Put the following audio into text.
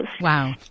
Wow